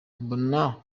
mbona